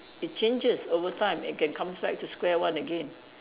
it changes over time and can comes back to square one again